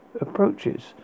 approaches